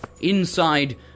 Inside